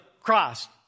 Christ